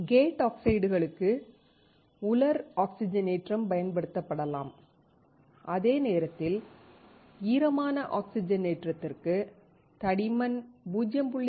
gate ஆக்சைடுகளுக்கு உலர் ஆக்சிஜனேற்றம் பயன்படுத்தப்படலாம் அதே நேரத்தில் ஈரமான ஆக்சிஜனேற்றத்திற்கு தடிமன் 0